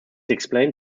explained